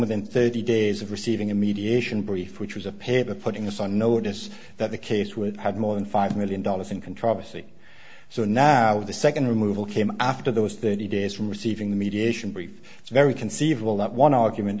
within thirty days of receiving a mediation brief which was a paper putting us on notice that the case with had more than five million dollars in control of the city so now the second removal came after those thirty days from receiving the mediation brief it's very conceivable that one argument